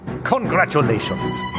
Congratulations